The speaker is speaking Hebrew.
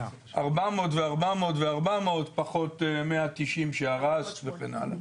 400 ו-400 ו-400 פחות 190 שהרסת, וכן הלאה.